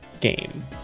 Game